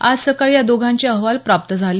आज सकाळी या दोघांचे अहवाल प्राप्त झाले